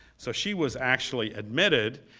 so she was actually admitted.